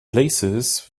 places